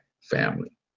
family